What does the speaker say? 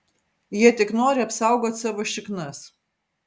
jie tik nori apsaugot savo šiknas